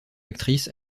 actrice